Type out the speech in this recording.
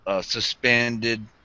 suspended